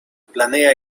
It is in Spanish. planea